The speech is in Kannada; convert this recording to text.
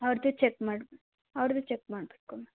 ಅವ್ರದ್ದು ಚಕ್ ಮಾಡಿ ಅವ್ರದ್ದು ಚಕ್ ಮಾಡಬೇಕು ಮ್ಯಾಮ್